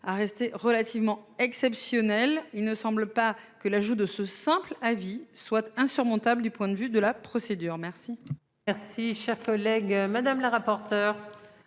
à rester relativement exceptionnel. Il ne semble pas que l'ajout de ce simple avis soit insurmontable du point de vue de la procédure. Merci. Merci cher collègue. Madame la rapporteure.